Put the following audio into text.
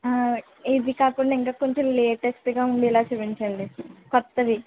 ఇవి కాకుండా ఇంకా కొంచెం లేటెస్ట్గా ఉండేలా చూపించండి కొత్తవి